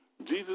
Jesus